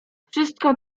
wszystko